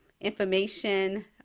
information